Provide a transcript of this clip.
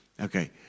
Okay